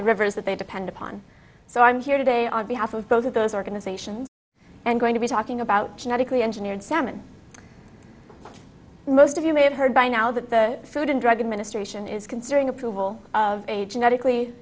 the rivers that they depend upon so i'm here today on behalf of both of those organizations and going to be talking about genetically engineered salmon most of you may have heard by now that the food and drug administration is considering approval of a genetic